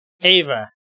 Ava